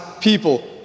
people